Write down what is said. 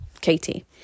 Katie